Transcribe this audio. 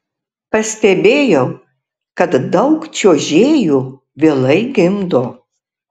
pastebėjau kad daug čiuožėjų vėlai gimdo